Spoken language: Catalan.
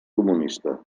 comunista